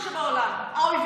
נו.